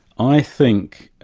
i think,